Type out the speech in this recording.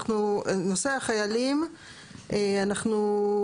נושא החיילים אנחנו,